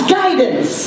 guidance